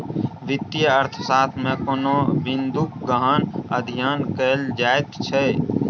वित्तीय अर्थशास्त्रमे कोनो बिंदूक गहन अध्ययन कएल जाइत छै